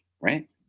right